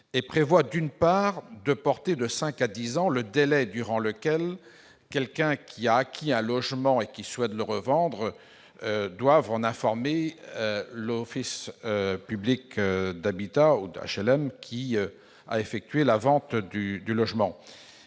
Il tend, d'une part, à porter de cinq à dix ans le délai durant lequel la personne qui a acquis un logement et qui souhaite le revendre doit en informer l'office public d'habitat ou d'HLM ayant effectué la vente dudit logement